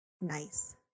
nice